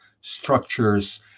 structures